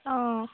অঁ